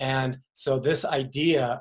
and so this idea